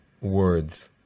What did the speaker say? words